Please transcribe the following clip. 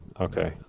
Okay